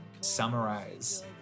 summarize